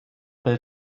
build